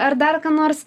ar dar ką nors